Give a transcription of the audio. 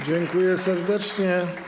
Dziękuję serdecznie.